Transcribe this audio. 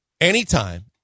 anytime